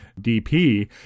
DP